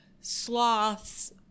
Sloth's